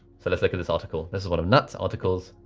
so let's look at this article. this is one of nat's articles.